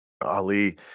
Ali